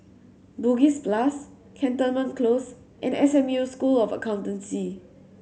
Bugis plus Cantonment Close and S M U School of Accountancy